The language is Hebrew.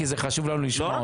כי חשוב לנו לשמוע אותו.